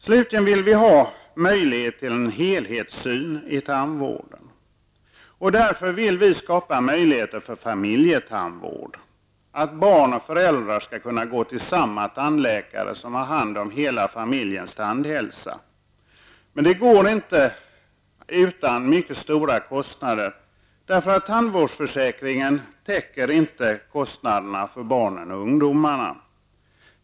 Slutligen vill vi ha möjlighet till en helhetssyn i tandvården. Därför vill vi skapa möjligheter för familjetandvård -- att barn och föräldrar skall kunna gå till samma tandläkare, som har hand om hela familjens tandhälsa. Men det går inte utan mycket stora kostnader, eftersom tandvårdsförsäkringen inte täcker kostnaderna för barn och ungdomar.